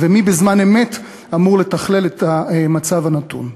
ומי בזמן אמת אמור לתכלל את המצב הנתון.